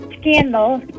Scandal